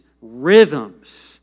rhythms